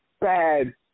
bad